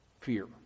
fear